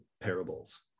parables